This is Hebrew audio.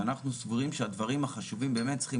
ואנחנו סבורים שהדברים החשובים באמת צריכים